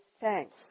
thanks